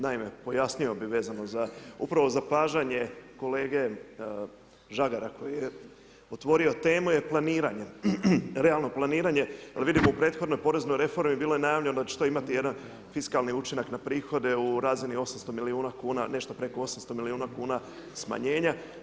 Naime, pojasnio bi vezano upravo zapažanje kolege Žagara, koji je otvorio temu je planiranje, realno planiranje jer vidimo u prethodnoj poreznoj reformi, bilo je najavljeno da će to imati jedan fiskalni učinak na prihode u razini 800 milijuna kn, nešto preko 800 milijuna kn smanjenja.